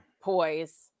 poise